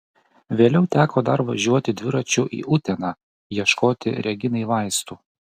vėliau teko dar važiuoti dviračiu į uteną ieškoti reginai vaistų